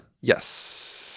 Yes